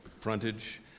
frontage